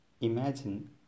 Imagine